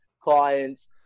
clients